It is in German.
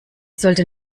sollte